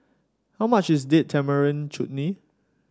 how much is Date Tamarind Chutney